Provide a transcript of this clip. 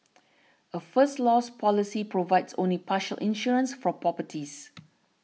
a First Loss policy provides only partial insurance for properties